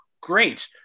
great